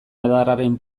adarraren